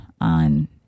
on